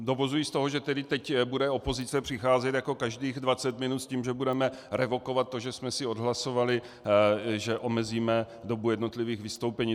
Dovozuji z toho, že teď tedy bude opozice přicházet každých dvacet minut s tím, že budeme revokovat to, že jsme si odhlasovali, že omezíme dobu jednotlivých vystoupení.